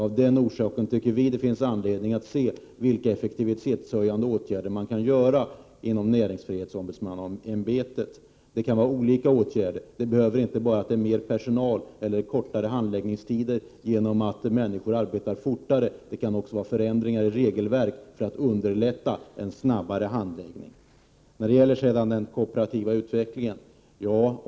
Av den orsaken tycker vi att det finns anledning att se över vilka effektivitetshöjande åtgärder man kan vidta inom näringsfrihets ombudsmannaämbetet. Det kan vara olika åtgärder. Det behöver inte bara innebära mer personal eller kortare handläggningstider genom att människor arbetar fortare. Det kan också vara förändringar i regelverk för att underlätta en snabbare handläggning. När det sedan gäller utvecklingen av kooperativ verksamhet vill jag säga följande.